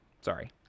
Sorry